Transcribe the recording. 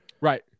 Right